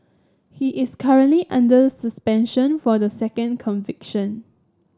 he is currently under suspension for the second conviction